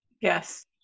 yes